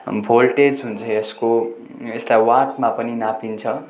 voltage हुन्छ यसको यसलाई वाटमा पनि नापिन्छ